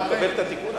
אני מקבל את התיקון.